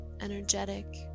energetic